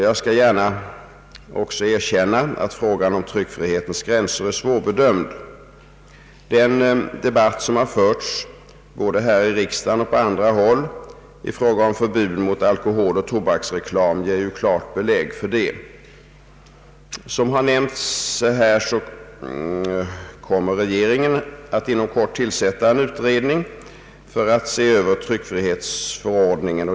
Jag skall gärna också erkänna att frågan om tryckfrihetens gränser är svårbedömd. Den debatt, som har förts både i riksdagen och på andra håll beträffande förbud mot alkoholoch tobaksreklam, ger ju klart belägg för det. Som tidigare nämnts här, kommer regeringen att inom kort tillsätta en utredning för att se över tryckfrihetsförordningen.